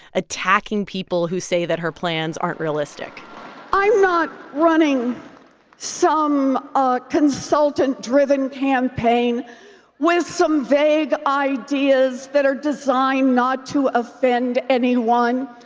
attacking people who say that her plans aren't realistic i'm not running some ah consultant-driven campaign with some vague ideas that are designed not to offend anyone.